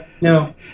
no